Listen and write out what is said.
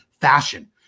fashion